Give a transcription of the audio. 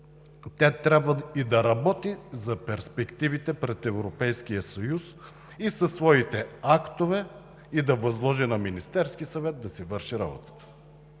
трябва да работи за перспективите пред Европейския съюз със своите актове и да възложи на Министерския съвет да си върши работата.